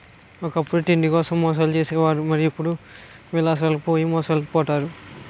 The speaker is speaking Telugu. ఒకప్పుడు తిండికోసం మోసాలు చేసే వారు మరి ఇప్పుడు విలాసాలకు పోయి మోసాలు పోతారు